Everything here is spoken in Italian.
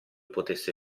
potesse